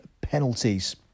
penalties